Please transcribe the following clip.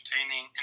entertaining